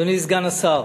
אדוני סגן השר,